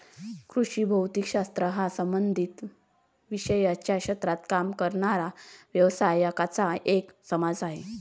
कृषी भौतिक शास्त्र हा संबंधित विषयांच्या क्षेत्रात काम करणाऱ्या व्यावसायिकांचा एक समाज आहे